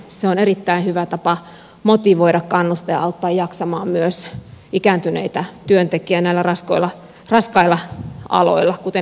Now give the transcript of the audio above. se on erittäin hyvä tapa motivoida kannustaa ja auttaa jaksamaan myös ikääntyneitä työntekijöitä näillä raskailla aloilla kuten esimerkiksi hoitoalalla